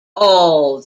all